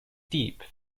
deep